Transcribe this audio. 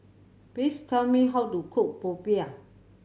please tell me how to cook popiah